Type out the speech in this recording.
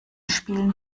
spielen